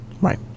Right